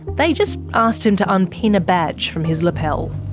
they just asked him to unpin a badge from his lapel.